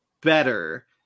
better